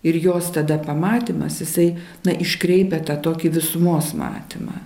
ir jos tada pamatymas jisai na iškreipia tą tokį visumos matymą